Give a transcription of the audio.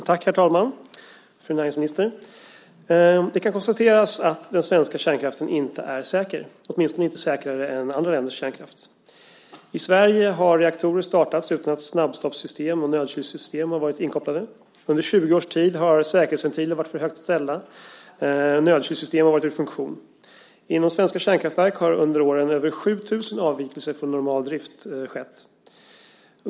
Herr talman! Fru näringsminister! Det kan konstateras att den svenska kärnkraften inte är säker, åtminstone inte säkrare än andra länders kärnkraft. I Sverige har reaktorer startats utan att snabbstoppssystem och nödkylsystem har varit inkopplade. Under 20 års tid har säkerhetsventiler varit för högt ställda. Nödkylsystem har varit ur funktion. Inom svenska kärnkraftverk har under åren över 7 000 avvikelser från normal drift skett.